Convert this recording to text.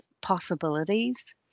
possibilities